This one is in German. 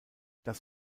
das